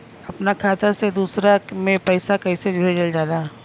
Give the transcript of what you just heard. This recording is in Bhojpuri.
अपना खाता से दूसरा में पैसा कईसे भेजल जाला?